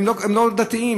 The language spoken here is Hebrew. הם לא דתיים,